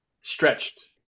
stretched